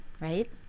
right